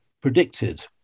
predicted